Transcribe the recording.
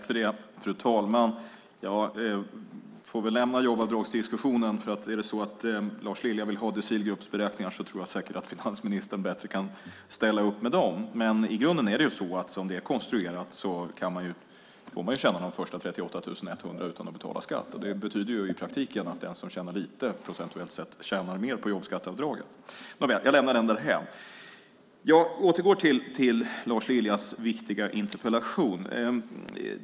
Fru talman! Jag får nog lämna jobbavdragsdiskussionen. Är det så att Lars Lilja vill ha decilgruppsberäkningar tror jag säkert att finansministern bättre kan ställa upp med dem. I grunden är det så att som detta är konstruerat får man tjäna de första 38 100 kronorna utan att betala skatt, och det betyder i praktiken att den som tjänar lite procentuellt sett tjänar mer på jobbskatteavdraget. Nåväl - jag lämnar den diskussionen därhän. Jag återgår till Lars Liljas viktiga interpellation.